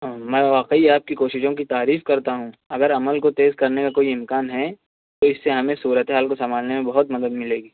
میں واقعی آپ کی کوششوں کی تعریف کرتا ہوں اگر عمل کو تیز کرنے کا کوئی امکان ہے تو اس سے ہمیں صورت حال سنبھالنے میں بہت مدد ملے گی